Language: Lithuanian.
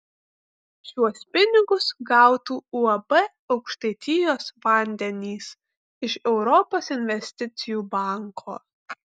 šiuos pinigus gautų uab aukštaitijos vandenys iš europos investicijų banko